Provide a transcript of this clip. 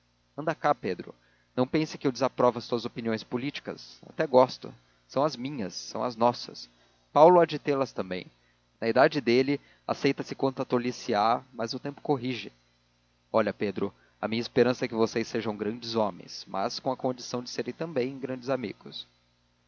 anda cá pedro não penses que eu desaprovo as tuas opiniões políticas até gosto são as minhas são as nossas paulo há de tê-las também na idade dele aceita se quanta tolice há mas o tempo corrige olha pedro a minha esperança é que vocês sejam grandes homens mas com a condição de serem também grandes amigos